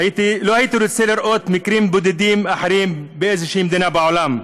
לא הייתי רוצה לראות מקרים בודדים אחרים באיזושהי מדינה בעולם.